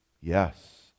yes